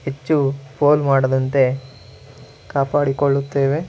ಹೆಚ್ಚು ಪೋಲು ಮಾಡದಂತೆ ಕಾಪಾಡಿಕೊಳ್ಳುತ್ತೇವೆ